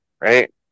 right